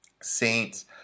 Saints